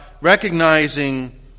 recognizing